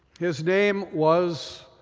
his name was,